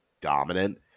dominant